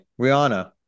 Rihanna